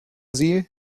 sie